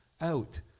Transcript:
out